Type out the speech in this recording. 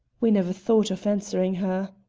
we never thought of answering her.